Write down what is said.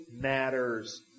matters